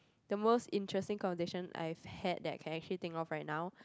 the most interesting conversation I've had that I actually can think of right now